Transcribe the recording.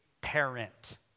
parent